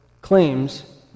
claims